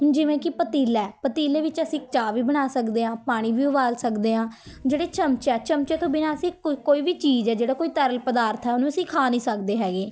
ਜਿਵੇਂ ਕਿ ਪਤੀਲਾ ਹੈ ਪਤੀਲੇ ਵਿੱਚ ਅਸੀਂ ਚਾਹ ਵੀ ਬਣਾ ਸਕਦੇ ਹਾਂ ਪਾਣੀ ਵੀ ਉਬਾਲ ਸਕਦੇ ਹਾਂ ਜਿਹੜੇ ਚਮਚਾ ਆ ਚਮਚੇ ਤੋਂ ਬਿਨਾਂ ਅਸੀ ਕੋਈ ਵੀ ਚੀਜ਼ ਆ ਜਿਹੜਾ ਕੋਈ ਤਰਲ ਪਦਾਰਥ ਆ ਉਹਨੂੰ ਅਸੀਂ ਖਾ ਨਹੀਂ ਸਕਦੇ ਹੈਗੇ